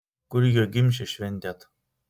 kur jo gimšę šventėt